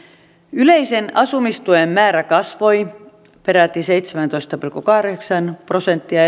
yleisen asumistuen määrä kasvoi peräti seitsemäntoista pilkku kahdeksan prosenttia